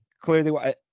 clearly